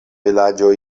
vilaĝo